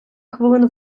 хвилин